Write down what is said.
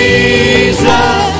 Jesus